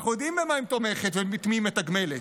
אנחנו יודעים במה היא תומכת ואת מי היא מתגמלת,